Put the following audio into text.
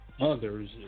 others